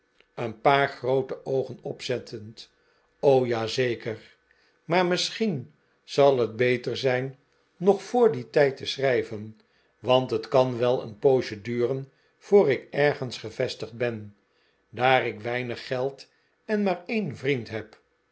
een paar groote oogen opzettend o ja zeker maar misschien zal het beter zijn nog voor dien tijd te schrijven want het kan wel een poosje duren voor ik ergens gevestigd ben daar ik weinig geld en maar een vriend heb